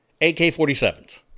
ak-47s